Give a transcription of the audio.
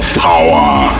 power